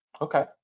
Okay